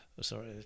sorry